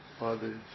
others